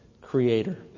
Creator